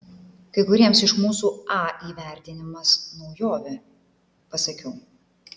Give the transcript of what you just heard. kai kuriems iš mūsų a įvertinimas naujovė pasakiau